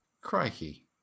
Crikey